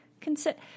Consider